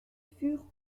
furent